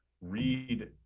read